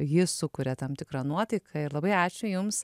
ji sukuria tam tikrą nuotaiką ir labai ačiū jums